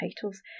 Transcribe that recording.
titles